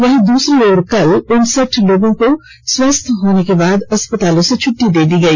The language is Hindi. वहीं दूसरी ओर कल उनसठ लोगों को स्वस्थ होने के बाद अस्पतालों से छट्टी दे दी गई